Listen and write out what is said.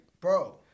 Bro